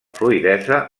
fluïdesa